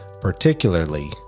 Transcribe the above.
particularly